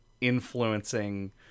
influencing